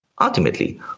Ultimately